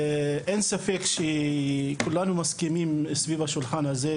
אין ספק שכולנו מסכימים סביב השולחן הזה,